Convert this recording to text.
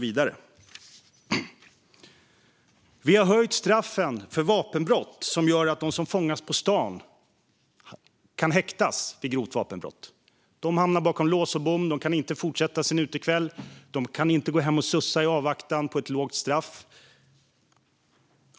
Vi har höjt straffen för vapenbrott, vilket gör att de som fångas på stan kan häktas vid grovt vapenbrott. De hamnar bakom lås och bom. De kan inte fortsätta sin utekväll. De kan inte gå hem och sussa i avvaktan på ett lågt straff.